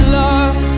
love